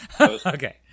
Okay